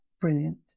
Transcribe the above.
brilliant